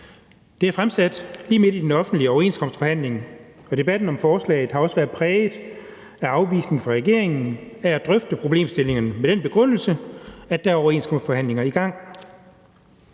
Det er fremsat lige midt i den offentlige overenskomstforhandling, og debatten om forslaget har også været præget af afvisning fra regeringen af at drøfte problemstillingerne med den begrundelse, at der er overenskomstforhandlinger i gang.